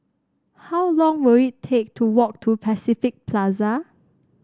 how long will it take to walk to Pacific Plaza